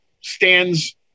stands